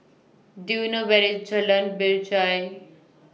Do YOU know Where IS Jalan Binjai